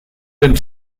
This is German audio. den